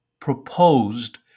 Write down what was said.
proposed